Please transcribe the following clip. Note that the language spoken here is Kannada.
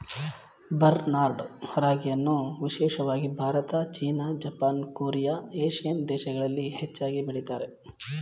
ಬರ್ನ್ಯಾರ್ಡ್ ರಾಗಿಯನ್ನು ವಿಶೇಷವಾಗಿ Bharat, China, Japan, Korea, Asian ದೇಶಗಳಲ್ಲಿ ಹೆಚ್ಚಾಗಿ ಬೆಳಿತಾರೆ